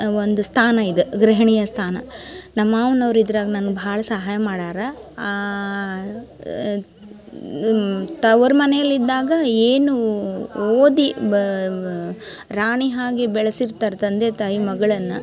ಒಂದು ಸ್ಥಾನ ಇದು ಗೃಹಿಣಿಯ ಸ್ಥಾನ ನಮ್ಮ ಮಾವನೋರು ಇದ್ರಾಗ ನನ್ಗ ಭಾಳ ಸಹಾಯ ಮಾಡ್ಯಾರೆ ತವರು ಮನೇಲಿದ್ದಾಗ ಏನೂ ಓದಿ ಬ ಬ ರಾಣಿ ಹಾಗೆ ಬೆಳಸಿರ್ತಾರ ತಂದೆ ತಾಯಿ ಮಗಳನ್ನ